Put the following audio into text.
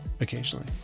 Occasionally